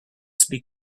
speak